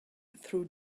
through